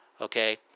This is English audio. Okay